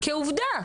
כעובדה,